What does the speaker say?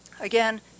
Again